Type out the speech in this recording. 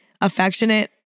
affectionate